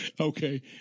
Okay